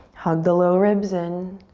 hug the low ribs in.